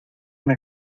una